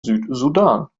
südsudan